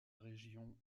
région